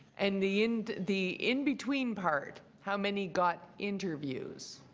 and the and the in between part, how many got interviews?